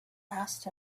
asked